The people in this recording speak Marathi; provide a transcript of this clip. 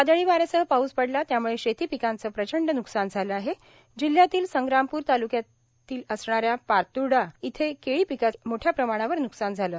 वादळी वाऱ्यासह पाऊस पडला त्याम्ळे शेती पिकांचे प्रचंड न्कसान झाले आहे जिल्ह्यातील संग्रामपूर तालुक्यातील असणाऱ्या पातुर्डा इथं केळी पिकाचे मोठ्या प्रमाणावर न्कसान झाले